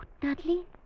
Dudley